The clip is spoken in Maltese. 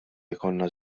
jkollna